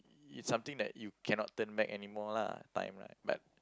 it's something that you cannot turn back anymore lah time right but